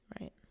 right